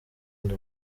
ndi